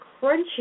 crunchy